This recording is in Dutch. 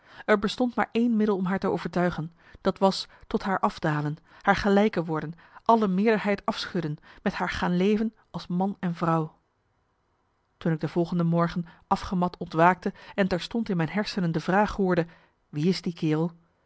er bestond maar één middel om haar te overtuigen dat was tot haar afdalen haar gelijke worden alle meerderheid afschudden met haar gaan leven als man en vrouw toen ik de volgende morgen afgemat ontwaakte en terstond in mijn hersenen de vraag hoorde wie is die kerel